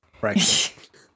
Right